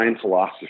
philosophy